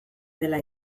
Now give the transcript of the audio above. dela